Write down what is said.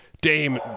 Dame